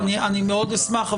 אני מאוד אשמח,